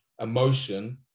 emotion